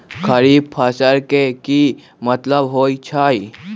खरीफ फसल के की मतलब होइ छइ?